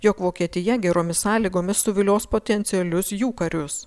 jog vokietija geromis sąlygomis suvilios potencialius jų karius